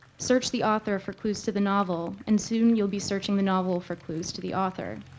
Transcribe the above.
search the author for clues to the novel, and soon you'll be searching the novel for clues to the author.